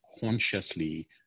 Consciously